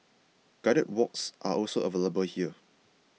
guided walks are also available here